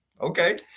Okay